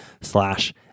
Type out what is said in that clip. slash